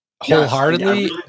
wholeheartedly